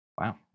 Wow